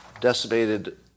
decimated